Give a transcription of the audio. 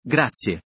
Grazie